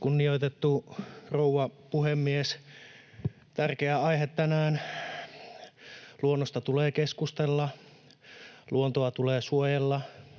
Kunnioitettu rouva puhemies! Tärkeä aihe tänään. Luonnosta tulee keskustella, luontoa tulee suojella,